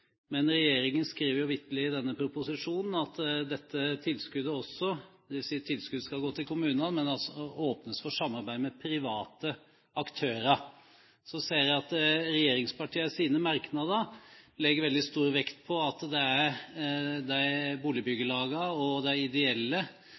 Men regjeringen skriver vitterlig i denne proposisjonen at dette tilskuddet skal gå til kommunene, men at det åpnes for private aktører. Så ser jeg at regjeringspartiene i sine merknader legger veldig stor vekt på at det er boligbyggelagene og de